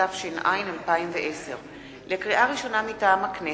התש"ע 2010. לקריאה ראשונה, מטעם הכנסת: